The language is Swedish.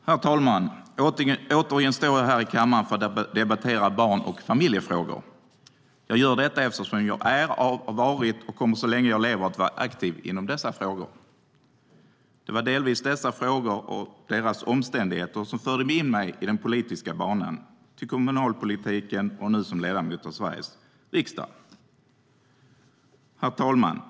Herr talman! Återigen står jag här i kammaren för att debattera barn och familjefrågor. Jag gör det eftersom jag är, har varit och så länge jag lever kommer att vara aktiv i dessa frågor. Det var delvis dessa frågor och de omständigheterna som förde mig in på den politiska banan - först i kommunalpolitiken och nu i Sveriges riksdag som ledamot. Herr talman!